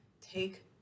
take